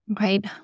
right